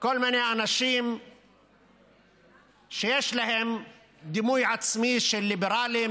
כל מיני אנשים שיש להם דימוי עצמי של ליברלים,